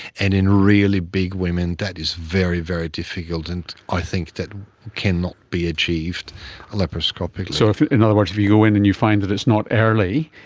and in really big women that is very, very difficult, and i think that cannot be achieved laparoscopically. so in other words if you go in and you find that it's not early,